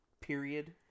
period